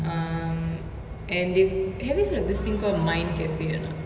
um and they have have you heard of this thing called mind cafe or not